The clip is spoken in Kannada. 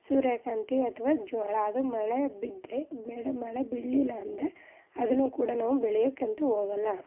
ಸೂರ್ಯಕಾಂತಿ ಅಥ್ವಾ ಜೋಳ ಅದು ಮಳೆ ಬಿದ್ದರೆ ಬೇಡ ಮಳೆ ಬೀಳ್ಲಿಲ್ಲ ಅಂದರೆ ಅದನ್ನು ಕೂಡ ನಾವು ಬೆಳೆಯೋಕ್ಕಂತೂ ಹೋಗಲ್ಲ